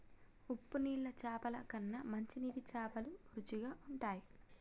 ఉప్పు నీళ్ల చాపల కన్నా మంచి నీటి చాపలు రుచిగ ఉంటయ్